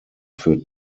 für